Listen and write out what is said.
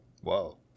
Whoa